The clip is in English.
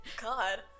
God